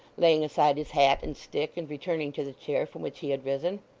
laying aside his hat and stick, and returning to the chair from which he had risen,